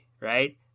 right